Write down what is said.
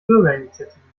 bürgerinitiativen